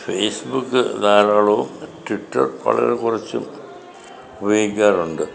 face book ധാരാളവും Twitter വളരെ കുറച്ചും ഉപയോഗിക്കാറുണ്ട്